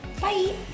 Bye